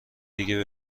دیگه